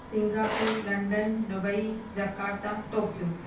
Singapore London Dubai Jakarta Tokyo